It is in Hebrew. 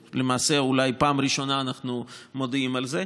למעשה זו אולי פעם ראשונה שאנחנו מודיעים על זה,